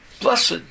Blessed